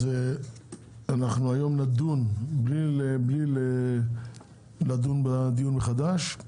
היום נדון בלי לפתוח את הדיון מחדש.